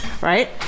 right